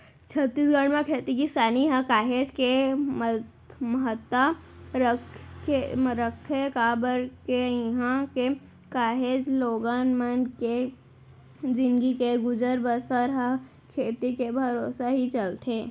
छत्तीसगढ़ म खेती किसानी ह काहेच के महत्ता रखथे काबर के इहां के काहेच लोगन मन के जिनगी के गुजर बसर ह खेती के भरोसा ही चलथे